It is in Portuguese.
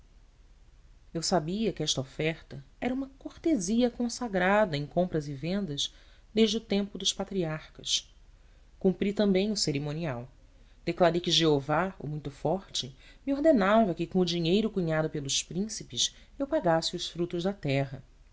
eu sabia que esta oferta era uma cortesia consagrada em compras e vendas desde o tempo dos patriarcas cumpri também o cerimonial declarei que jeová o muito forte me ordenava que com o dinheiro cunhado pelos príncipes eu pagasse os frutos da terra